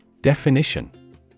Definition